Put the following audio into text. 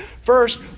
First